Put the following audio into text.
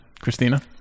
Christina